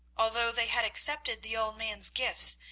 although they had accepted the old man's gifts,